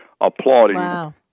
applauding